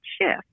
shift